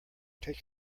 take